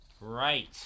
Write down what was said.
Right